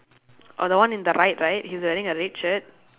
orh the one in the right right he's wearing a red shirt